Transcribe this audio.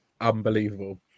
unbelievable